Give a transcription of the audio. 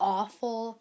awful